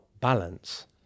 balance